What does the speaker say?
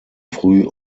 früh